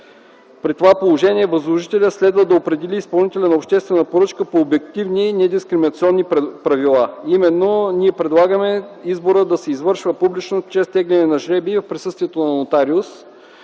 При това положение възложителят следва да определи изпълнителя на обществената поръчка по обективни и недискриминационни правила. Затова предлагаме изборът да се извършва публично - чрез теглене на жребий в присъствието на нотариус.